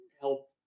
help